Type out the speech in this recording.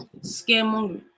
scaremongering